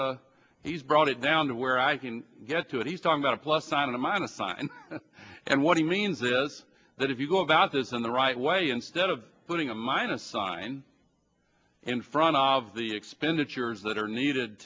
he's he's brought it down to where i can get to it he's talking about a plus sign a minus sign and what he means is that if you go about this in the right way instead of putting a minus sign in front of the expenditures that are needed